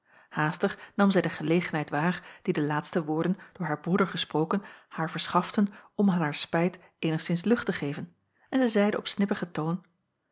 nam zij de gelegenheid waar die de laatste woorden door haar broeder gesproken haar verschaften om aan haar spijt eenigszins lucht te geven en zij zeide op snibbigen toon